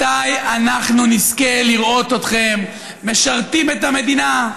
מתי אנחנו נזכה לראות אתכם משרתים את המדינה,